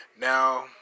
Now